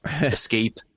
escape